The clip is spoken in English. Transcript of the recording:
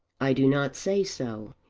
i do not say so.